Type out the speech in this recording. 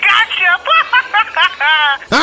Gotcha